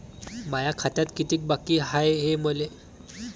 माया खात्यात कितीक बाकी हाय, हे मले मेसेजन पायता येईन का?